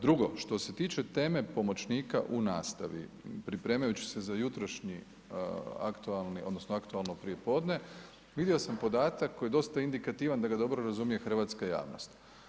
Drugo, što se tiče teme pomoćnika u nastavi, pripremajući se za jutrošnji aktualni odnosno aktualno prijepodne vidio sam podatak koji je dosta indikativan da ga dobro razumije hrvatska javnost.